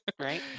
right